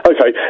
Okay